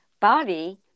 body